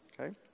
Okay